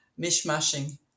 mishmashing